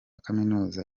kaminuza